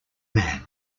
man